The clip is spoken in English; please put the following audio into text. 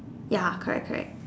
ya correct correct